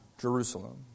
Jerusalem